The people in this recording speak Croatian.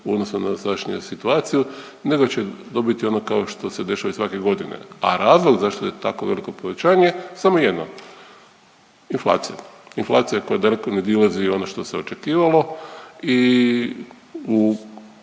u odnosu na sadašnju situaciju, nego će dobiti ono kao što se dešava i svake godine, a razlog zašto je tako veliko povećanje je samo jedno inflacija – inflacija koja na daleko nadilazi ono što se očekivalo. I u